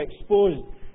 exposed